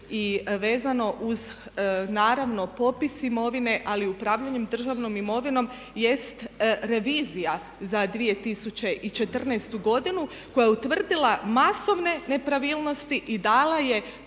i vezano uz naravno popis imovine, ali upravljanje državnom imovinom jest revizija za 2014. koja je utvrdila masovne nepravilnosti i dala je